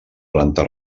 planta